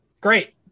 Great